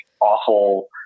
awful